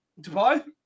Dubai